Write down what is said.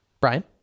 Brian